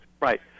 right